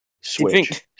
Switch